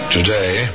Today